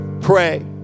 Pray